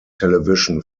television